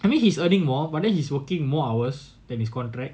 I mean he's earning more but then he's working more hours than his contract